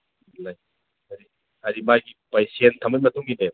ꯍꯥꯏꯗꯤ ꯃꯥꯒꯤ ꯁꯦꯟ ꯊꯝꯕꯩ ꯃꯇꯨꯡꯏꯜꯂꯦꯕ